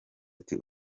ati